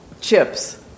chips